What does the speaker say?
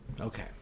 Okay